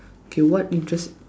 okay what interest